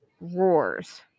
roars